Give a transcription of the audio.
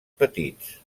petits